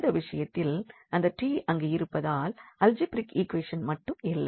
இந்த விஷயத்தில் இந்த t அங்கு இருப்பதால் அல்ஜிப்ரிக் ஈக்வேஷன் மட்டும் இல்லை